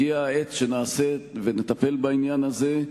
הגיעה העת שנטפל בעניין הזה,